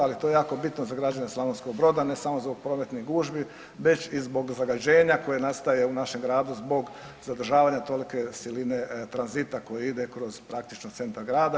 Ali to je jako bitno za građane Slavonskog Broda ne samo zbog prometnih gužvi, već i zbog zagađenja koje nastaje u našem gradu zbog zadržavanja tolike siline tranzita koji ide kroz praktično centar grada.